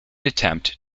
attempt